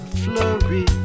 flurry